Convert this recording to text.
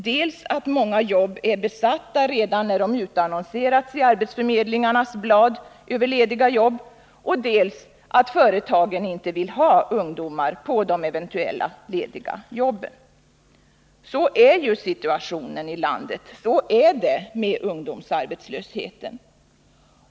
Vidare är många jobb besatta redan när de utannonseras i arbetsförmedlingens blad över lediga jobb, och slutligen vill företagen inte ha ungdomar på de eventuella lediga jobben. — Så är situationen i landet, så är det med ungdomsarbetslösheten.